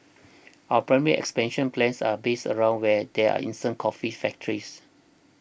our primary expansion plans are based around where there are instant coffee factories